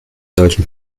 solchen